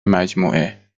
مجموعه